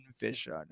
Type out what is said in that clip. vision